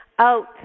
Out